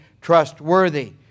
trustworthy